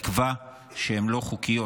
נקבע שהן לא חוקיות.